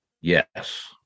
Yes